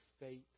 faith